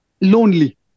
lonely